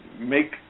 make